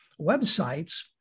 websites